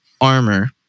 armor